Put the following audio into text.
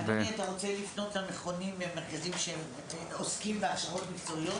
אדוני אתה רוצה לפנות למכונים למרכזים שעוסקים בהכשרות מקצועיות?